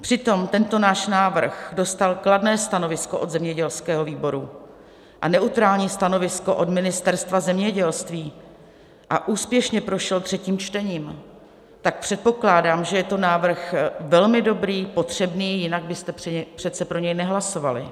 Přitom tento náš návrh dostal kladné stanovisko od zemědělského výboru a neutrální stanovisko od Ministerstva zemědělství a úspěšně prošel třetím čtením, tak předpokládám, že je to návrh velmi dobrý, potřebný, jinak byste přece pro něj nehlasovali.